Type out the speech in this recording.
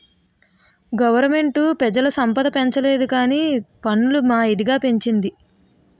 government పెజల సంపద పెంచలేదుకానీ పన్నులు మాత్రం మా ఇదిగా పెంచింది